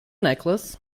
necklace